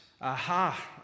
aha